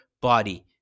body